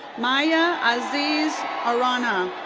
maiya aziz aranha.